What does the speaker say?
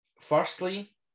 firstly